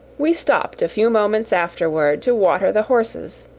we stopped a few moments afterward to water the horses,